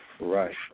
Right